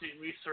research